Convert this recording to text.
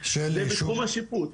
של --- זה בתחום השיפוט.